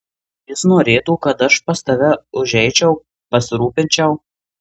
jis norėtų kad aš pas tave užeičiau pasirūpinčiau